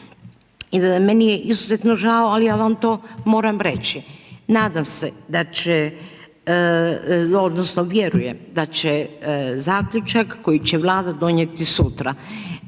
Meni je izuzetno žao ali ja vam to moram reći, nadam se da će odnosno vjerujem da će zaključak koji će Vlada donijeti sutra